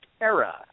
era